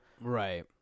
right